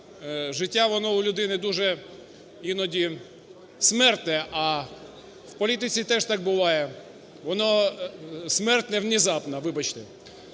життя воно у людини дуже іноді смертне, а в політиці теж так буває, воно смертне внезапно. Вибачте.